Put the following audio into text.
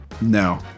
no